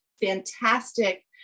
fantastic